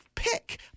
Pick